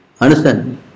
Understand